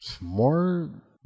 More